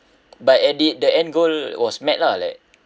but at the the end goal was met lah like